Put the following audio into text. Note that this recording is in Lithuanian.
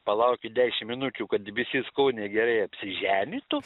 palauki dešim minučių kad visi skoniai gerai apsiženytų